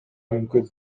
мүмкүн